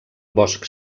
bosc